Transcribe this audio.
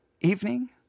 evening